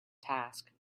task